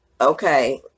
okay